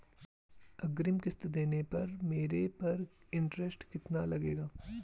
अग्रिम किश्त देने पर मेरे पर इंट्रेस्ट कितना लगेगा?